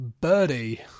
Birdie